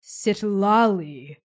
Sitlali